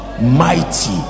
mighty